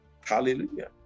Hallelujah